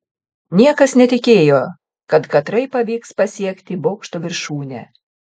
niekas netikėjo kad katrai pavyks pasiekti bokšto viršūnę